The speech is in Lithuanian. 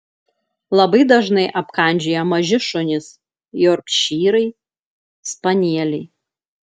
labai dažnai apkandžioja maži šunys jorkšyrai spanieliai